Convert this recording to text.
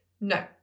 No